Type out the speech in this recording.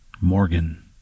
Morgan